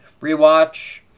Rewatch